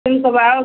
तुम कब आओगी